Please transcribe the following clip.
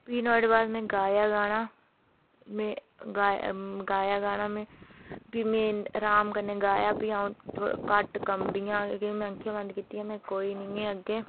फिह् नुआढ़े बाद में गाया गाना में गाया गाना में फ्ही में आराम कन्नै गाया फ्ही अ'ऊं घट्ट कम्बीं फ्ही में आक्खियां बंद कीतियां कि कोई नेंई ऐ अग्गेै